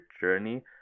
journey